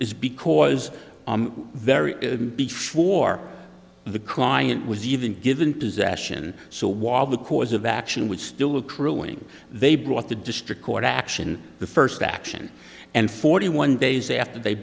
is because very before the client was even given possession so while the cause of action would still accruing they brought the district court action the first action and forty one days after they